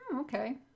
Okay